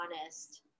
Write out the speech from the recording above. honest